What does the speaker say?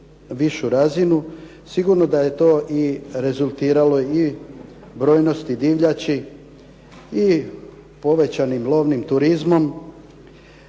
sigurno da je to rezultiralo i brojnosti divljači i povećanim lovnim turizmom.